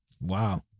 Wow